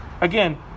again